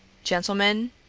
gentlemen,